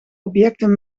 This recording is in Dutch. objecten